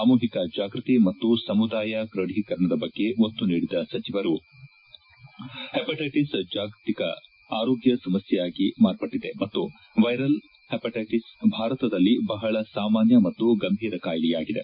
ಸಾಮೂಹಿಕ ಜಾಗೃತಿ ಮತ್ತು ಸಮುದಾಯ ಕೋಢೀಕರಣದ ಬಗ್ಗೆ ಒತ್ತು ನೀಡಿದ ಸಚಿವರು ಹೈಪಟೈಟಿಸ್ ಜಾಗತಿಕ ಆರೋಗ್ಯ ಸಮಸ್ಥೆಯಾಗಿ ಮಾರ್ಪಟ್ಟದೆ ಮತ್ತು ವೈರಲ್ ಹೆಪಟ್ಟೆಟಸ್ ಭಾರತದಲ್ಲಿ ಬಹಳ ಸಾಮಾನ್ಯ ಮತ್ತು ಗಂಭೀರ ಕಾಯಿಲೆಯಾಗಿದೆ